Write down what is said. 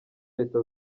leta